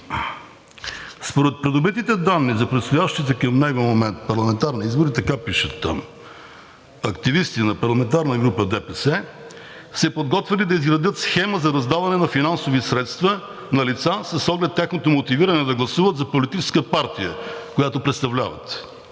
„Според придобитите данни за предстоящите към него момент парламентарни избори“, така пише там, „активисти на парламентарна група ДПС се подготвяли да изградят схема за раздаване на финансови средства на лица с оглед тяхното мотивиране да гласуват за политическата партия, която представляват.